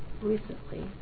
recently